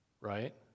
right